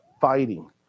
fighting